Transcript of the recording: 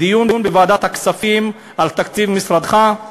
בדיון בוועדת הכספים על תקציב משרדך,